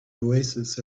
oasis